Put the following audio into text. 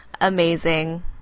Amazing